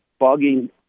bugging